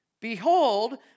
behold